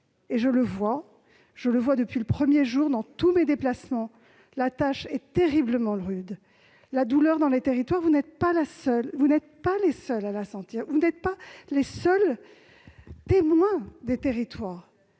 serait rude. Je le vois depuis le premier jour dans tous mes déplacements : elle est terriblement rude. La douleur dans les territoires, vous n'êtes pas les seuls à la sentir ; vous n'êtes pas les seuls témoins des territoires.